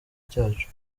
cyacu